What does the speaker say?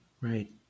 Right